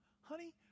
honey